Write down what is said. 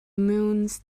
moons